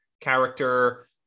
character